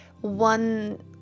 one